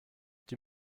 die